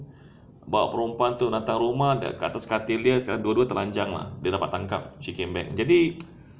bawa perempuan tu datang rumah kat atas katil dia kan dua dua terancang lah dia dapat tangkap she came back jadi